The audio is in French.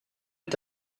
est